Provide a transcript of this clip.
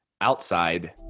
outside